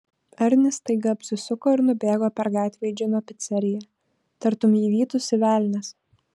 arnis staiga apsisuko ir nubėgo per gatvę į džino piceriją tartum jį vytųsi velnias